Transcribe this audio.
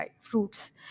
fruits